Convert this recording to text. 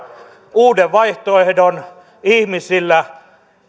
uuden vaihtoehdon ihmisillä